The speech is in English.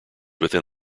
within